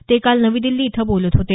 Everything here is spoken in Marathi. ते काल नवी दिल्ली इथं बोलत होते